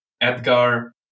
Edgar